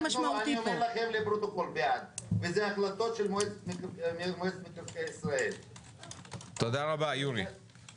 לפי הנתון שפרסם בנק ישראל ביוני 2021